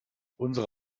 unsere